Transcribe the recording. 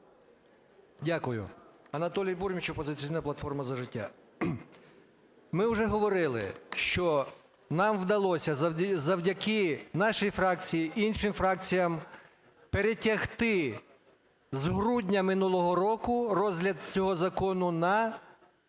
Дякую. Анатолій Бурміч, "Опозиційна платформа – За життя". Ми вже говорили, що нам вдалося завдяки нашій фракції, іншим фракціям перетягти з грудня минулого року розгляд цього закону на